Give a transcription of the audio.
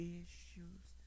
issues